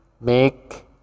make